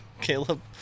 Caleb